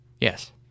Yes